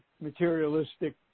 materialistic